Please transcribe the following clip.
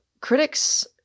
Critics